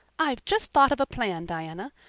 i've just thought of a plan, diana.